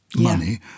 money